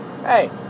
Hey